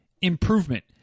improvement